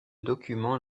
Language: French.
documents